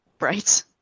right